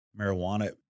marijuana